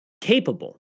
capable